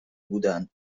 بودن